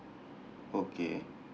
okay